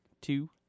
two